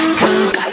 cause